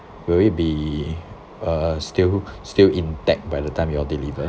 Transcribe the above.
will it be uh still still intact by the time you all deliver